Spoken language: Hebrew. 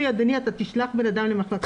ידני אתה תשלח אדם למחלקה סיעודית.